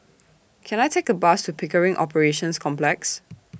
Can I Take A Bus to Pickering Operations Complex